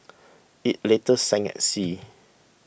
it later sank at sea